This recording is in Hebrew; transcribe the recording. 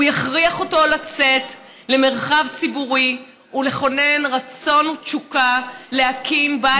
הוא יכריח אותו לצאת למרחב ציבורי ולכונן רצון ותשוקה להקים בית